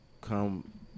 come